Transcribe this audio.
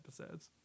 episodes